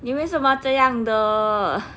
你为什么这样的